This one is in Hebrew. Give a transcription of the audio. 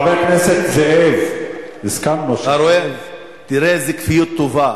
חבר הכנסת זאב, הסכמנו, תראה איזה כפיות טובה.